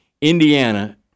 Indiana